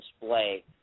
display